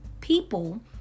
people